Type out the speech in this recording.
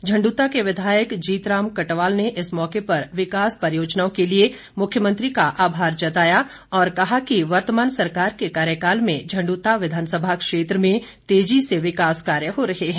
झण्डूता के विधायक जीतराम कटवाल ने इस मौके पर विकास परियोजनाओं के लिए मुख्यमंत्री का आभार जताया और कहा कि वर्तमान सरकार के कार्यकाल में झण्ड्रता विधानसभा क्षेत्र में तेजी से विकास कार्य हो रहे हैं